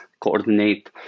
coordinate